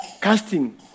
Casting